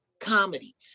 comedy